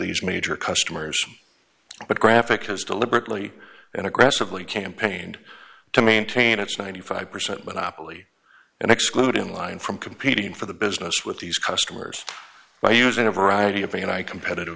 these major customers but graphic has deliberately and aggressively campaigned to maintain its ninety five percent with happily and exclude in line from competing for the business with these customers by using a variety of me and i competitive